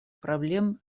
проблем